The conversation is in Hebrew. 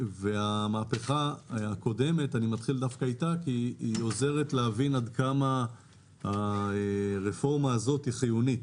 המהפכה הקודמת עוזרת להבין עד כמה הרפורמה הזאת היא חיונית.